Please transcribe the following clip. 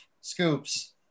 scoops